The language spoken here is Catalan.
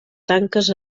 tanques